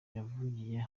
yavugiye